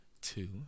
two